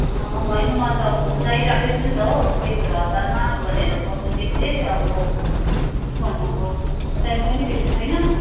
अँ होइन मलाई त अब चाहिरहेकै थियो नि त हो त्यही भएर हतारमा भनेर गर्नुदिएको अब के गर्नु अब टाइम पनि बेसी छैन